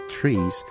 trees